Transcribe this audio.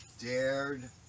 dared